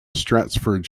stratford